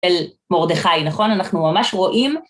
של מורדכי, נכון? אנחנו ממש רואים